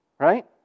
Right